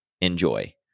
Enjoy